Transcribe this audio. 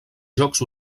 jocs